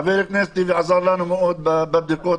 חבר הכנסת טיבי עזר לנו מאוד בבדיקות.